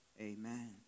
Amen